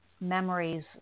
memories